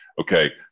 okay